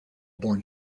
born